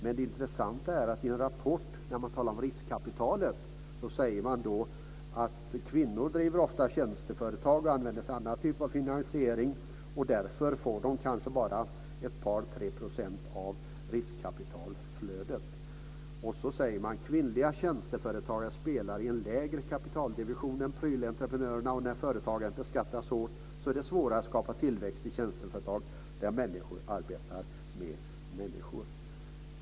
Men det intressanta är att man i en rapport när det gäller riskkapital säger så här: Kvinnor driver ofta tjänsteföretag och använder sig av en annan typ av finansiering. Därför får de kanske bara ett par tre procent av riskkapitalflödet. Vidare säger man: Kvinnliga tjänsteföretagare spelar i en lägre kapitaldivision än prylentreprenörerna, och när företagen beskattas hårt är det svårare att skapa tillväxt i tjänsteföretag där människor arbetar med människor.